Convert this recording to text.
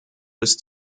bis